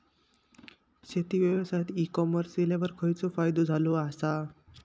शेती व्यवसायात e commerce इल्यावर खयचो फायदो झालो आसा?